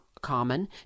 common